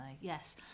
Yes